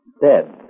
dead